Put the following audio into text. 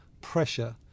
pressure